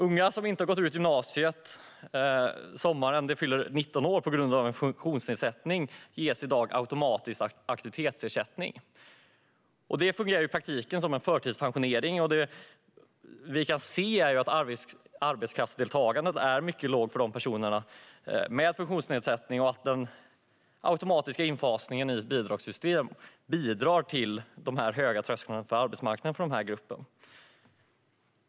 Unga som på grund av en funktionsnedsättning inte har gått ut gymnasiet sommaren de fyller 19 år ges i dag automatiskt aktivitetsersättning. Det fungerar i praktiken som en förtidspensionering. Vi kan se att arbetskraftsdeltagandet är mycket lågt för personer med funktionsnedsättning och att den automatiska infasningen i ett bidragssystem bidrar till de höga trösklarna in på arbetsmarknaden för denna grupp.